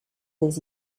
des